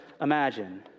imagine